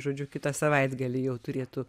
žodžiu kitą savaitgalį jau turėtų